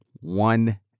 one